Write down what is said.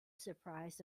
surprise